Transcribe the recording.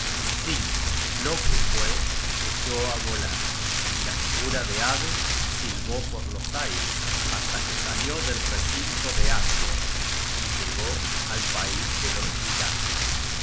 plata loke pues echó á volar y la figura de ave silbó por los aires hasta que salió del recinto de asgord y llegó al pais de los gigantes y